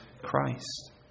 Christ